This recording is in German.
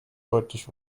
deutlich